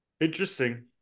Interesting